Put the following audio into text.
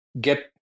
get